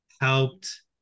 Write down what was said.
helped